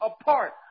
apart